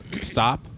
stop